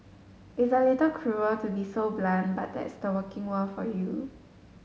it's a little cruel to be so blunt but that's the working world for you